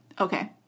Okay